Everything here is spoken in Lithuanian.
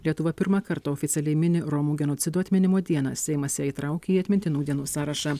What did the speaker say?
lietuva pirmąkart oficialiai mini romų genocido atminimo dieną seimas ją įtraukė į atmintinų dienų sąrašą